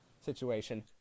situation